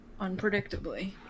Unpredictably